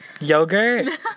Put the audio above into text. Yogurt